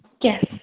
Yes